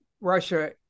Russia